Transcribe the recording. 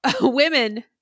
women